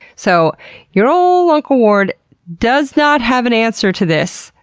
so your ol' uncle ward does not have an answer to this